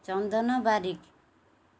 Chandan Barik